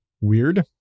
Weird